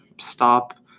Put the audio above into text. stop